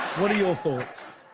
what are your thoughts?